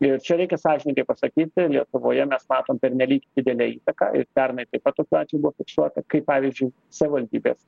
ir čia reikia sąžiningai pasakyti lietuvoje mes matom pernelyg didelę įtaką ir pernai taip pat tokių atvejų buvo fiksuota kaip pavyzdžiui savivaldybės